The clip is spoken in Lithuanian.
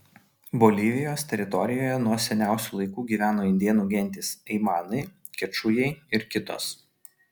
bolivijos teritorijoje nuo seniausių laikų gyveno indėnų gentys aimanai kečujai ir kitos